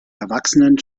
erwachsenen